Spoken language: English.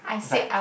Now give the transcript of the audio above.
like